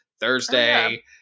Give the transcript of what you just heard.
thursday